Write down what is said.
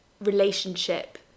relationship